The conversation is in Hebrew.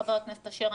חבר הכנסת אשר,